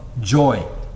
joy